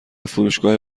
فروشگاه